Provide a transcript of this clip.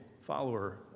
follower